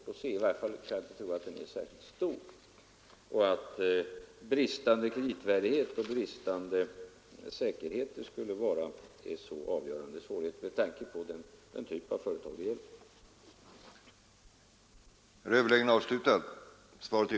Jag kan i varje fall inte tro att hjälpen skulle vara särskilt stor och att bristande kreditgaranti och bristande säkerheter skulle vara så avgörande svårigheter med tanke på den typ av företag det gäller.